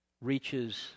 reaches